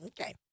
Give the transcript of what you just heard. Okay